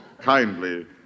Kindly